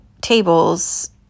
tables